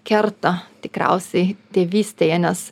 kerta tikriausiai tėvystėje nes